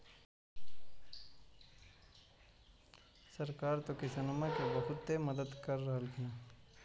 सरकार तो किसानमा के बहुते मदद कर रहल्खिन ह?